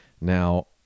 Now